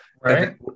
right